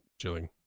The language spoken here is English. chilling